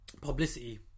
publicity